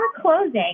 closing